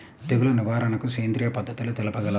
తెగులు నివారణకు సేంద్రియ పద్ధతులు తెలుపగలరు?